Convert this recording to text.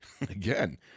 again